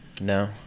No